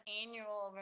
annual